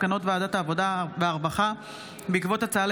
מסקנות ועדת העבודה והרווחה בעקבות דיון